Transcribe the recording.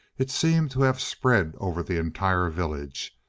it seemed to have spread over the entire village,